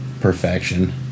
perfection